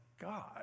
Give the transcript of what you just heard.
God